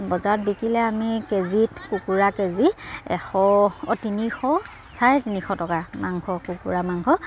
বজাৰত বিকিলে আমি কেজিত কুকুৰা কেজি এশ তিনিশ চাৰে তিনিশ টকা মাংস কুকুৰা মাংস